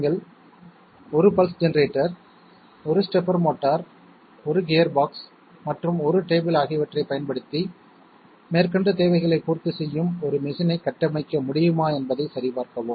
நீங்கள் 1 pulse generator 1 stepper motor 1 gearbox மற்றும் 1 table ஆகியவற்றைப் பயன்படுத்தி மேற்கண்ட தேவைகளைப் பூர்த்தி செய்யும் ஒரு மெஷின் ஐ கட்டமைக்க முடியுமா என்பதை சரிபார்க்கவும்